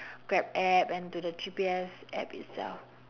grab app and to the G P S app itself